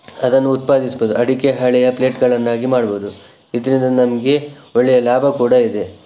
ಅದನ್ನು ಉತ್ಪಾದಿಸಬಹುದು ಅಡಿಕೆ ಹಾಳೆಯ ಪ್ಲೇಟ್ಗಳನ್ನಾಗಿ ಮಾಡಬಹುದು ಇದರಿಂದ ನಮಗೆ ಒಳ್ಳೆಯ ಲಾಭ ಕೂಡ ಇದೆ